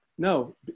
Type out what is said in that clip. No